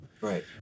Right